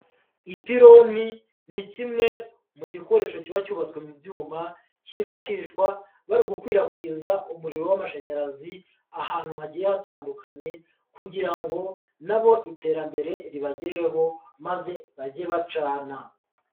Ipironi ni kimwe mu gikoresho kiba cyubatswe mu byuma cyifashishwa bari gukwirakwiza umuriro w'amashanyarazi ahantu hagiye hatandukanye kugira ngo nabo iterambere ribagereho maze bage bacana.